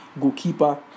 goalkeeper